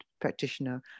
practitioner